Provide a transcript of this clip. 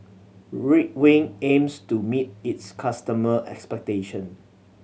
Ridwind aims to meet its customer' expectations